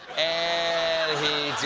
and. he